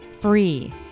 free